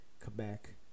Quebec